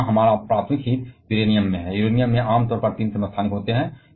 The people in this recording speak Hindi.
और यहां हमारा प्राथमिक हित यूरेनियम है यूरेनियम में आमतौर पर 3 समस्थानिक होते हैं